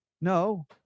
No